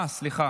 רגע, אה, סליחה.